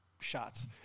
shots